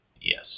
Yes